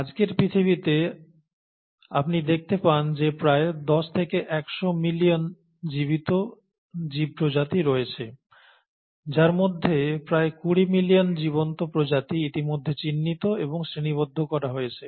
আজকের পৃথিবীতে আপনি দেখতে পান যে প্রায় 10 থেকে 100 মিলিয়ন জীবিত জীব প্রজাতি রয়েছে যার মধ্যে প্রায় 20 মিলিয়ন জীবন্ত প্রজাতি ইতিমধ্যে চিহ্নিত এবং শ্রেণীবদ্ধ করা হয়েছে